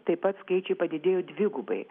taip pat skaičiai padidėjo dvigubai